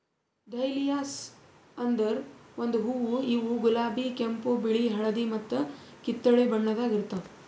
dahlias ಅಂದುರ್ ಒಂದು ಹೂವು ಇವು ಗುಲಾಬಿ, ಕೆಂಪು, ಬಿಳಿ, ಹಳದಿ ಮತ್ತ ಕಿತ್ತಳೆ ಬಣ್ಣದಾಗ್ ಇರ್ತಾವ್